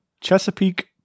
Chesapeake